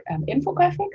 infographics